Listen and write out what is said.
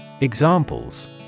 Examples